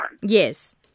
Yes